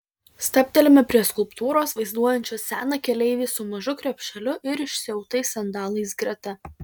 stabtelime prie skulptūros vaizduojančios seną keleivį su mažu krepšeliu ir išsiautais sandalais greta